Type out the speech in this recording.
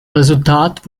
resultat